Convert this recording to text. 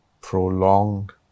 prolonged